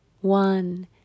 one